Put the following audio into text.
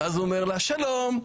ואז הוא אומר לה: שלום,